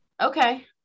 Okay